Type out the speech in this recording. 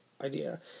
idea